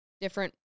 different